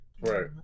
Right